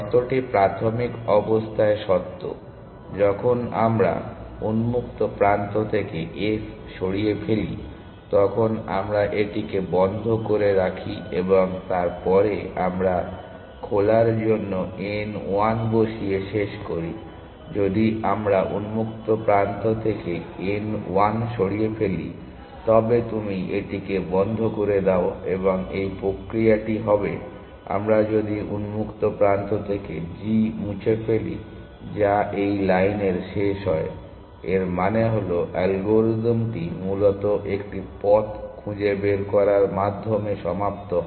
শর্তটি প্রাথমিক অবস্থায় সত্য যখন আমরা উন্মুক্ত প্রান্ত থেকে s সরিয়ে ফেলি তখন আমরা এটিকে বন্ধ করে রাখি এবং তারপরে আমরা খোলার জন্য n 1 বসিয়ে শেষ করি যদি আমরা উন্মুক্ত প্রান্ত থেকে n 1 সরিয়ে ফেলি তবে তুমি এটিকে বন্ধ করে দাও এবং এই প্রক্রিয়াটি হবে আমরা যদি উন্মুক্ত প্রান্ত থেকে g মুছে ফেলি যা এই লাইনের শেষ হয় এর মানে হল অ্যালগরিদমটি মূলত একটি পথ খুঁজে বের করার মাধ্যমে সমাপ্ত হয়